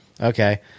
okay